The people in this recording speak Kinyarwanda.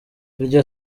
iryo